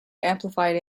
amplified